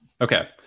Okay